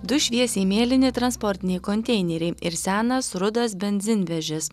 du šviesiai mėlyni transportiniai konteineriai ir senas rudas benzinvežis